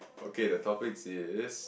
okay the topic is